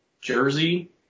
jersey